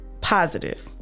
Positive